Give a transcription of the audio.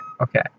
okay